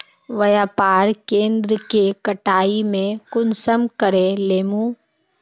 व्यापार केन्द्र के कटाई में कुंसम करे लेमु?